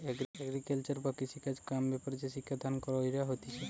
agriculture বা কৃষিকাজ কাম ব্যাপারে যে শিক্ষা দান কইরা হতিছে